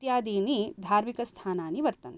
इत्यादीनि धार्मिकस्थानानि वर्तन्ते